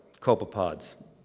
copepods